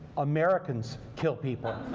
americans kill people.